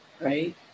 Right